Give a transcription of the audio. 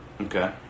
Okay